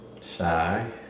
shy